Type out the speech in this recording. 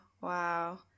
wow